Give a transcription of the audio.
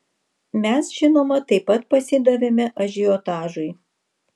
mes žinoma taip pat pasidavėme ažiotažui